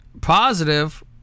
Positive